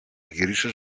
γυρίσω